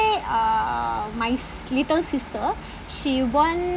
err my s~ little sister she born